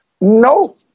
No